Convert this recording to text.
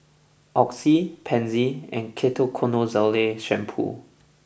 Oxy Pansy and Ketoconazole Shampoo